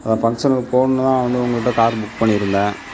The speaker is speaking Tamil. அந்த ஃபங்ஷனுக்கு போகணும்னுதான் நான் வந்து உங்கள்ட்ட கார் புக் பண்ணியிருந்தேன்